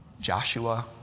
Joshua